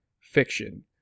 fiction